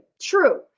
true